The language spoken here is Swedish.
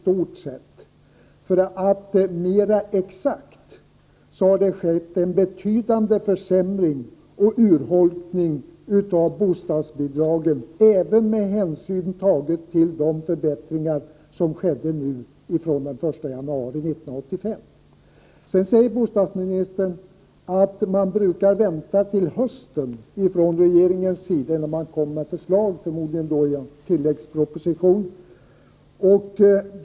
Mera exakt uttryckt har det skett en betydande försämring och urholkning av bostadsbidragen, även med hänsyn tagen till de förbättringar som infördes fr.o.m. den 1 januari 1985. Bostadsministern säger att regeringen brukar vänta till hösten innan den kommer med förslag — förmodligen då i en tilläggsproposition.